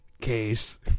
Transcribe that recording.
case